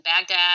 Baghdad